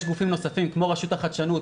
יש גופים נוספים כמו רשות החדשנות,